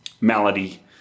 melody